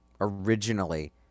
originally